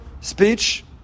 speech